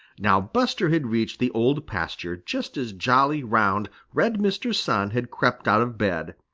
now buster had reached the old pasture just as jolly, round, red mr. sun had crept out of bed,